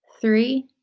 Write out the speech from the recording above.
three